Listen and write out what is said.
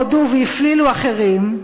הודו והפלילו אחרים.